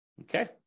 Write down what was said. okay